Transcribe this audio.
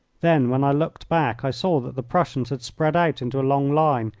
then when i looked back i saw that the prussians had spread out into a long line,